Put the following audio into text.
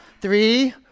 Three